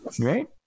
right